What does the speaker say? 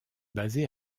basée